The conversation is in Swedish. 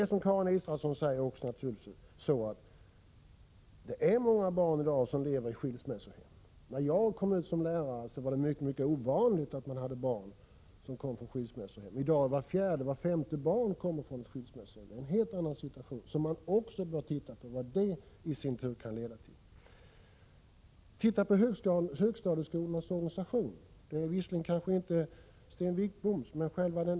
Det som Karin Israelsson säger är också riktigt, att många barn lever i skilsmässohem. När jag kom ut som lärare var det mycket ovanligt att man hade elever som kom från skilsmässohem. I dag kommer vart fjärde eller vart femte barn från skilsmässohem. Situationen är en helt annan. Det bör man också undersöka, vad det i sin tur kan leda till. Man bör se över högstadieskolornas organisation. Det är visserligen inte Sten Wickboms område.